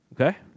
Okay